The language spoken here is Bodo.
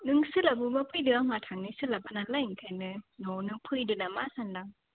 नों सोलाबोबा फैदो आंहा थांनो सोलाबा नालाय ओंखायनो न'आवनो फैदो नामा सानदां